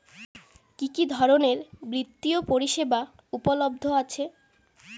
কি কি ধরনের বৃত্তিয় পরিসেবা উপলব্ধ আছে?